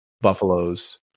buffaloes